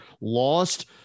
lost